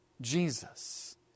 jesus